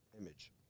image